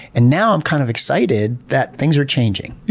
and now i'm kind of excited that things are changing.